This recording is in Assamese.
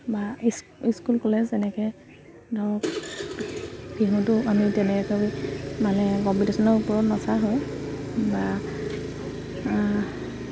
বা স্কুল কলেজ যেনেকে ধৰক বিহুতো আমি তেনেকৈ মানে কম্পিটিশনৰ ওপৰত নচা হয় বা